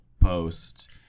post